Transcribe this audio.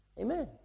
Amen